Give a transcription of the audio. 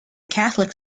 catholic